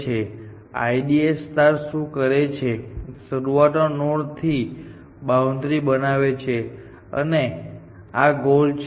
તો ચાલો આપણે અગાઉ જે પ્રકારો જોઈ રહ્યા હતા તે જોઈએ જો તમને યાદ હોય તો અમે અગાઉના વર્ગ IDA માં જોયું હતું શું કરે છે IDA શું કરે છે કે તે શરૂઆતના નોડ થી બાઉન્ડ્રી બનાવે છે અને આ ગોલ છે